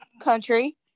country